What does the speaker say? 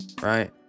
right